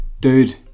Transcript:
dude